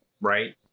right